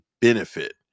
benefit